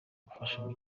gufashamo